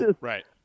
Right